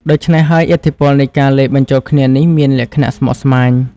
ដូច្នេះហើយ ឥទ្ធិពលនៃការលាយបញ្ចូលគ្នានេះមានលក្ខណៈស្មុគស្មាញ។